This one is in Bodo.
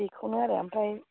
बेखौनो आरो ओमफ्राय